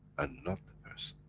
and not the person.